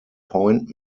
point